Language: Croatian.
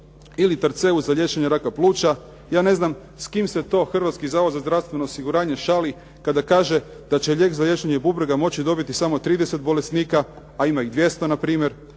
ili Terceu za liječenje raka pluća. Ja ne znam s kim se to Hrvatski zavod za zdravstveno osiguranje šali kada kaže da će lijek za liječenje bubrega moći dobiti samo 30 bolesnika, a ima ih 200 npr.